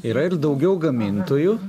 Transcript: yra ir daugiau gamintojų